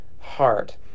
heart